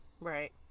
right